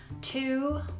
Two